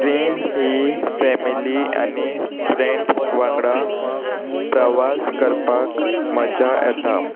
train ही family आनी friends वांगडा प्रवास करपाक मजा येता